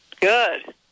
Good